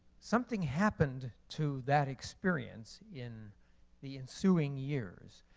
something happened to that experience in the ensuing years.